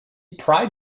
pride